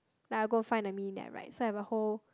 then I'll go find the meaning that I write so I have a whole